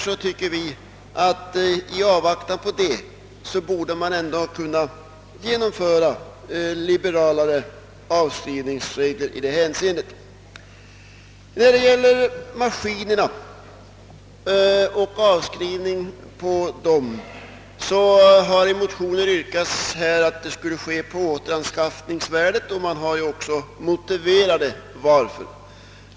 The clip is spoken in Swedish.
Därför tycker vi att man i avvaktan på det borde kunna genomföra liberalare avskrivningsregler i hänseende. kats att avskrivning skulle ske på återanskaffningsvärdet, och man har också motiverat detta yrkande.